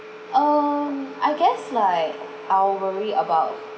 I guess like I'll worry about